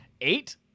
Eight